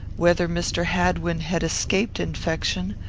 whether mr. hadwin had escaped infection,